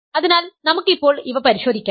അതിനാൽ നമുക്ക് ഇപ്പോൾ ഇവ പരിശോധിക്കാം